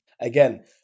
again